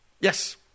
yes